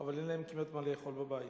אבל אין להן כמעט מה לאכול בבית.